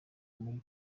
muri